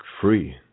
free